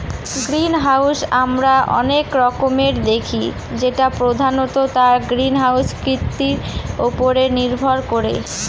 greenhouse আমরা অনেক রকমের দেখি যেটা প্রধানত তার গ্রিনহাউস কৃতির উপরে নির্ভর করে